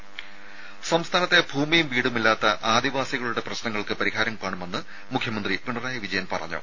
രുമ സംസ്ഥാനത്തെ ഭൂമിയും വീടുമില്ലാത്ത ആദിവാസികളുടെ പ്രശ്നങ്ങൾക്ക് പരിഹാരം കാണുമെന്ന് മുഖ്യമന്ത്രി പിണറായി വിജയൻ പറഞ്ഞു